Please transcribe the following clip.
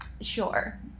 Sure